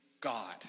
God